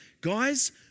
guys